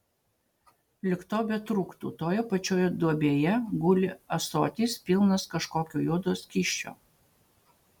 lyg to betrūktų toje pačioje duobėje guli ąsotis pilnas kažkokio juodo skysčio